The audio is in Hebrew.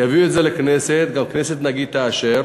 יביאו את זה לכנסת, גם הכנסת, נגיד, תאשר,